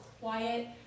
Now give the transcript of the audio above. quiet